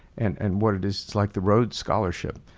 and and what it is, it's like the road scholarship.